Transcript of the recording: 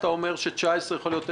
אתה אומר שב-2019 זה יכול להיות 0.5%?